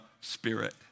spirit